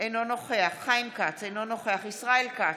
אינו נוכח חיים כץ, אינו נוכח ישראל כץ,